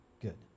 Good